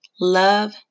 Love